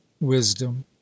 wisdom